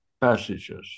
passages